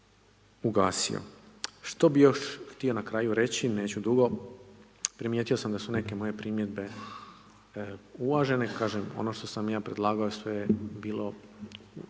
ugasio. Što bih još htio na kraju reći, neću dugo, primijetio sam da su neke moje primjedbe uvažene, kažem, ono što sam ja predlagao sve je bilo